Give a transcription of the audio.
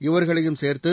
இவர்களையும் சேர்து